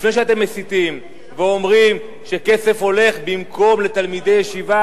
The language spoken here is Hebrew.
לפני שאתם מסיתים ואומרים שכסף הולך לתלמידי ישיבה